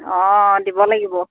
অঁ দিব লাগিব